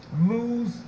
Lose